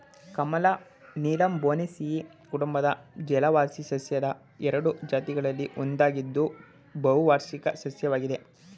ಕಮಲ ನೀಲಂಬೊನೇಸಿಯಿ ಕುಟುಂಬದ ಜಲವಾಸಿ ಸಸ್ಯದ ಎರಡು ಜಾತಿಗಳಲ್ಲಿ ಒಂದಾಗಿದ್ದು ಬಹುವಾರ್ಷಿಕ ಸಸ್ಯವಾಗಿದೆ